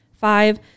five